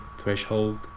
Threshold